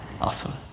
Awesome